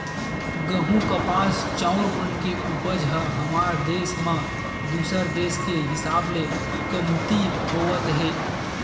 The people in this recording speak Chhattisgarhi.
गहूँ, कपास, चाँउर मन के उपज ह हमर देस म दूसर देस के हिसाब ले कमती होवत हे